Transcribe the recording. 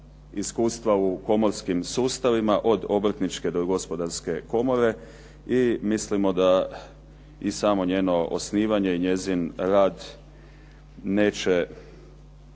u komorskim sustavima od Obrtničke do Gospodarske komore i mislimo da samo njeno osnivanje i njezin rad neće,